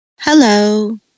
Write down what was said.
Hello